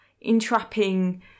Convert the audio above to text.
entrapping